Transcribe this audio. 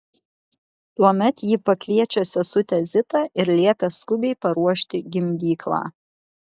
tuomet ji pakviečia sesutę zitą ir liepia skubiai paruošti gimdyklą